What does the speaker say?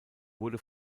wurde